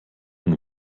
und